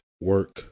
work